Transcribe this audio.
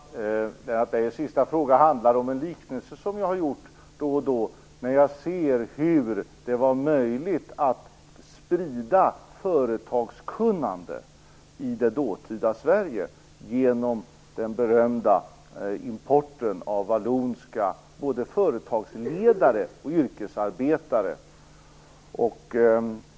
Herr talman! Lennart Beijers sista fråga handlar om en liknelse som jag har gjort då och då. Jag vet ju att det var möjligt att sprida företagskunnande i det dåtida Sverige, genom den berömda importen av vallonska både företagsledare och yrkesarbetare.